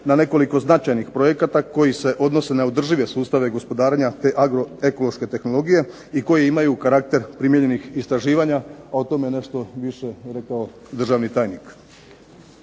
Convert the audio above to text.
na nekoliko značajnih projekata koji se odnose na održive sustava gospodarenja te agro ekološke tehnologije i koji imaju karakter primijenjenih istraživanja, a o tome nešto više je rekao državni tajnik.